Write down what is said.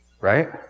Right